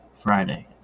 Friday